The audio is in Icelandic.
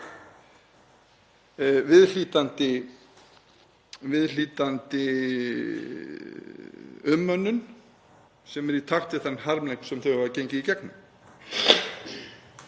heima, viðhlítandi umönnun sem er í takt við þann harmleik sem þau hafa gengið í gegnum.